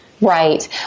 Right